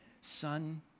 son